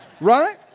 Right